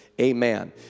Amen